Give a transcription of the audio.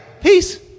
Peace